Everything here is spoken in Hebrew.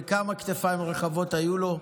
וכמה כתפיים רחבות היו לו,